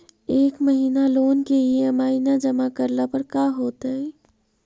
एक महिना लोन के ई.एम.आई न जमा करला पर का होतइ?